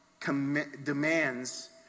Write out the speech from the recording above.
demands